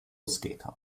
skater